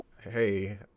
hey